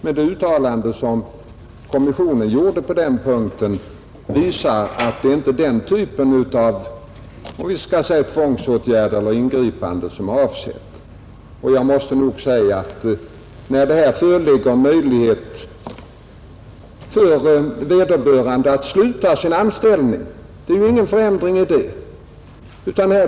Men det uttalande som kommissionen gjorde på den punkten visar att det inte är den typen av vi kan säga tvångsåtgärd eller ingripande som har avsetts. Här föreligger det möjlighet för vederbörande att sluta sin anställning när han vill och ta ett nytt arbete; det är ju ingen förändring i det avseendet.